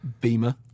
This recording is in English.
Beamer